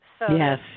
Yes